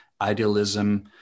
idealism